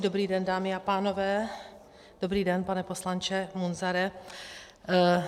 Dobrý den, dámy a pánové, dobrý den, pane poslanče Munzare.